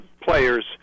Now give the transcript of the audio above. players